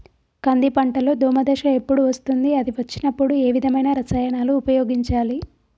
కంది పంటలో దోమ దశ ఎప్పుడు వస్తుంది అది వచ్చినప్పుడు ఏ విధమైన రసాయనాలు ఉపయోగించాలి?